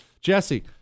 Jesse